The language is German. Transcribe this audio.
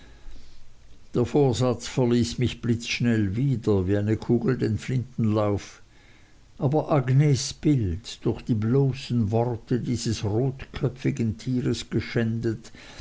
der vorsatz verließ mich blitzschnell wieder wie eine kugel den flintenlauf aber agnes bild durch die bloßen worte dieses rotköpfigen tieres geschändet